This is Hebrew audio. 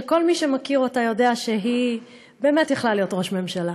שכל מי שמכיר אותה יודע שהיא באמת יכלה להיות ראש ממשלה.